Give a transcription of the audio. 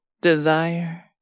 desire